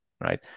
right